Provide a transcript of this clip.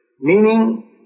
Meaning